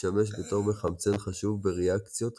משמש בתור מחמצן חשוב בריאקציות כימיות.